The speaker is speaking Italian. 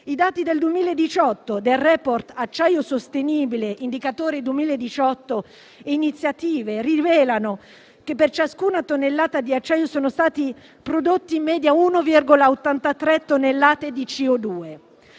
I dati del 2018 del *report* «Acciaio sostenibile - Indicatori 2018 e iniziative» rivelano che, per ciascuna tonnellata di acciaio, sono state prodotte in media 1,83 tonnellate di CO2.